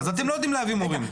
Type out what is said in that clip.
אז אתם לא יודעים להביא מורים.